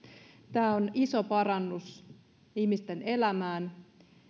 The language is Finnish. tämä on iso parannus ihmisten elämään